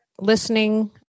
Listening